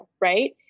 right